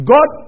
God